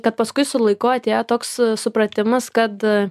kad paskui su laiku atėjo toks supratimas kad